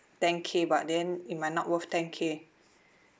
ten K but then it might not worth ten K